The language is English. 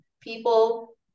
people